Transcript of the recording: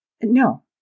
no